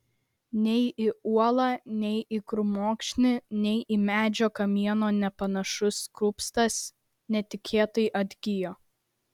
nei į uolą nei į krūmokšnį nei į medžio kamieną nepanašus kupstas netikėtai atgijo